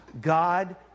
God